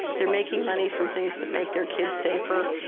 they're making money from things that make their kids safer,